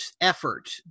effort